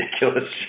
ridiculous